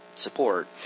support